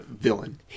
villain